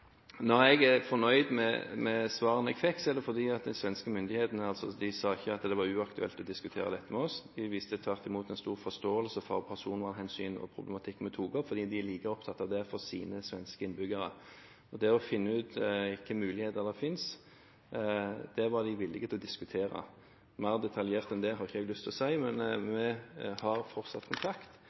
Når jeg er fornøyd med svarene jeg fikk, er det fordi de svenske myndighetene ikke sa at det var uaktuelt å diskutere dette med oss. De viste tvert imot en stor forståelse for personvernhensyn og problematikk med hensyn til det vi tok opp, for de er like opptatt av det for sine svenske innbyggere. Det å finne ut hvilke muligheter som finnes, var de villige til å diskutere. Mer detaljert enn det har jeg ikke lyst til å si det, men vi har fortsatt kontakt. Det er en